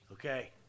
Okay